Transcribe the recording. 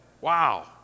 Wow